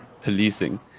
policing